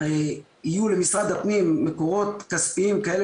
יהיו למשרד הפנים מקורות כספיים כאלה